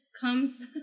comes